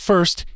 First